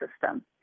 system